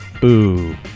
Boo